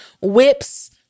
whips